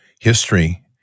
History